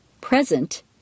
PRESENT